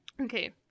Okay